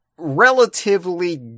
relatively